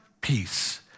peace